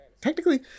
Technically